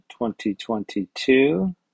2022